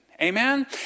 Amen